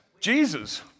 Jesus